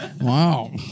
Wow